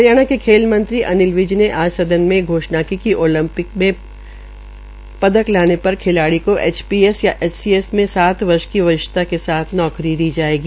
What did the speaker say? हरियाणा के खेल मंत्री अनिल विज ने आज सदन में घोषणा की कि ओलंपिक में पदक लाने पर खिलाड़ी को एचपीएस या एचसीएस में सात वर्ष की वरिष्ठता के साथ नौकरी दी जायेगी